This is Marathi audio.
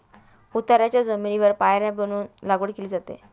उताराच्या जमिनीवर पायऱ्या बनवून लागवड केली जाते